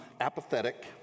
apathetic